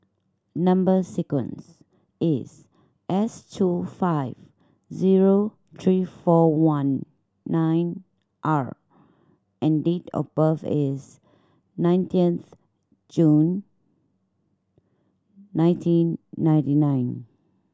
number sequence is S two five zero three four one nine R and date of birth is nineteenth June nineteen ninety nine